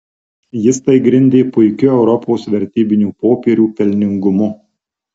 jis tai grindė puikiu europos vertybinių popierių pelningumu